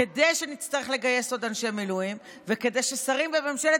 כדי שנצטרך לגייס עוד אנשי מילואים וכדי ששרים בממשלת